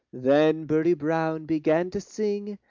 then birdie brown began to sing,